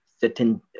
certain